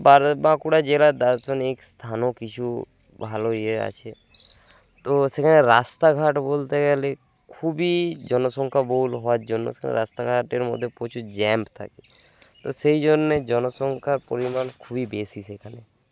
আর বাঁকুড়া জেলার দার্শনিক স্থানও কিছু ভালো ইয়ে আছে তো সেখানে রাস্তাঘাট বলতে গেলে খুবই জনসংখ্যা বহুল হওয়ার জন্য সেখানে রাস্তাঘাটের মধ্যে প্রচুর জ্যাম্প থাকে তো সেই জন্যে জনসংখ্যার পরিমাণ খুবই বেশি সেখানে